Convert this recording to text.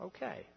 Okay